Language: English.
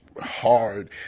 hard